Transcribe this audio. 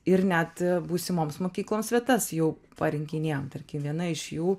ir net būsimoms mokykloms vietas jau parinkinėjam tarkim viena iš jų